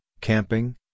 camping